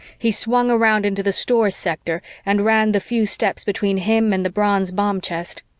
he swung around into the stores sector and ran the few steps between him and the bronze bomb chest.